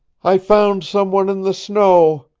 i found some one in the snow,